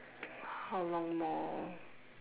how long more